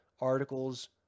articles